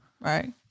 Right